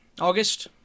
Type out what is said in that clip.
August